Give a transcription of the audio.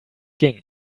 ging